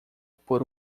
por